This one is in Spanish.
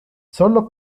sólo